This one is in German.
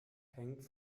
hängt